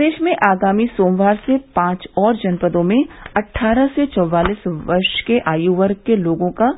प्रदेश में आगामी सोमवार से पांच और जनपदों में अट्ठारह से चौवालीस वर्ष के आयु वर्ग के लोगों का